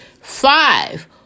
Five